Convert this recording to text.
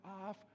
off